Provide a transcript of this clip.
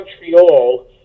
Montreal